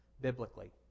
biblically